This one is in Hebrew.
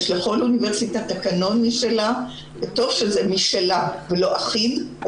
לכל אוניברסיטה יש תקנון משלה וטוב שהוא תקנון משלה ולא אחיד.